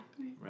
Right